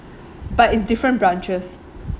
but it's different branches